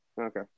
Okay